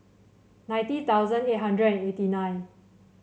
ninety thousand eight hundred and eighty nine